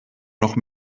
noch